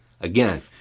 Again